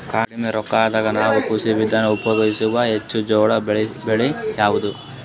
ಕಡಿಮಿ ರೊಕ್ಕದಾಗ ಯಾವ ಕೃಷಿ ವಿಧಾನ ಉಪಯೋಗಿಸಿ ಹೆಚ್ಚ ಜೋಳ ಬೆಳಿ ಬಹುದ?